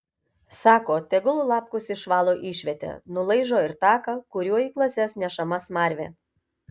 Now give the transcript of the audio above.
sako tegu lapkus išvalo išvietę nulaižo ir taką kuriuo į klases nešama smarvė